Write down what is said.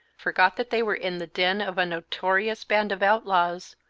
forgot that they were in the den of a notorious band of outlaws,